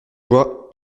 vois